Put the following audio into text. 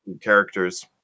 characters